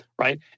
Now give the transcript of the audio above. right